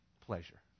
pleasure